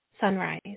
Sunrise